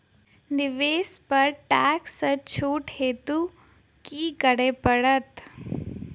निवेश पर टैक्स सँ छुट हेतु की करै पड़त?